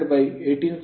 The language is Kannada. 75